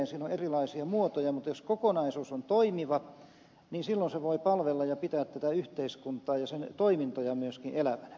siinä on erilaisia muotoja mutta jos kokonaisuus on toimiva silloin se voi palvella ja pitää tätä yhteiskuntaa ja sen toimintoja myöskin elävänä